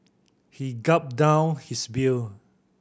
he gulped down his beer